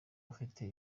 ufite